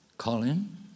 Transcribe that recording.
Colin